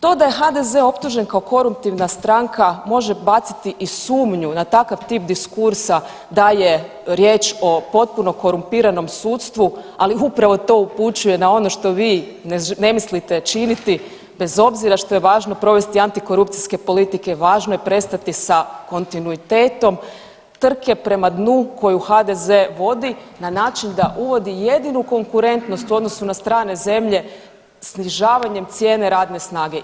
To da je HDZ optužen kao koruptivna stranka može baciti i sumnju na takav tip diskursa da je riječ o potpuno korumpiranom sudstvu, ali upravo to upućuje na ono što vi ne mislite činiti, bez obzira što je važno provesti antikorupcijske politike, važno je prestati sa kontinuitetom trke prema dnu koju HDZ vodi na način da uvodi jedinu konkurentnost u odnosu na strane zemlje snižavanjem cijene radne snage.